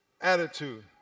attitude